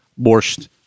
borscht